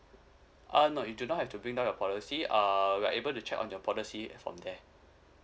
uh no you do not have to bring down your policy uh we're able to check on your policy from there